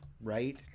right